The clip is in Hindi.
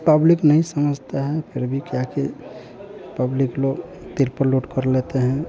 पब्लिक नहीं समझते हैं फिर भी क्या किया पब्लिक लोग तिर्पल लोड कर लेते हैं